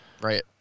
right